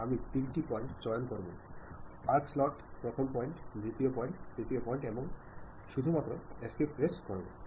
നിങ്ങൾ തിരഞ്ഞെടുക്കുന്ന ഭാഷയിലോ പദാവലികളോ ഉണ്ടാവുന്ന വ്യത്യാസം കാരണം സ്വീകരിക്കുന്നവന് ലഭിക്കുന്ന സന്ദേശം മാറാം അല്ലെങ്കിൽ ഒരേ അവസ്ഥയിലായിരിക്കില്ല